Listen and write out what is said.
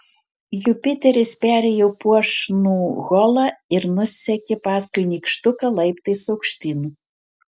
jupiteris perėjo puošnų holą ir nusekė paskui nykštuką laiptais aukštyn